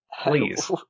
please